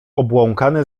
obłąkany